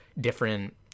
different